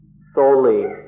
solely